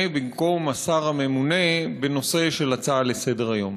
במקום השר הממונה בנושא של הצעה לסדר-היום,